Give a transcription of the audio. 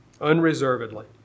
Unreservedly